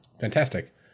fantastic